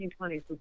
1920s